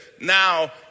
now